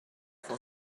for